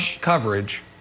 coverage